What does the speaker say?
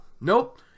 nope